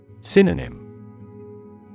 Synonym